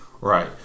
right